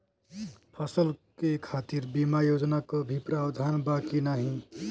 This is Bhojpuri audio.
फसल के खातीर बिमा योजना क भी प्रवाधान बा की नाही?